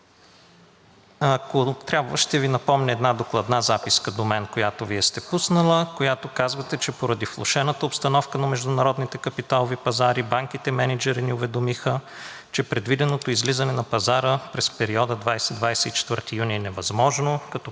Ако трябва, ще Ви напомня една докладна записка до мен, която Вие сте пуснали, в която казвате: „Поради влошената обстановка на международните капиталови пазари банките мениджъри ни уведомиха, че предвиденото излизане на пазара през периода 20 – 24 юни е невъзможно, като препоръката